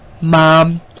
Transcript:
Mom